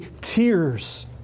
tears